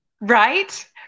Right